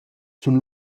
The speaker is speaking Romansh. sun